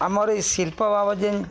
ଆମର ଏଇ ଶିଳ୍ପ ବାବା ଯେନ୍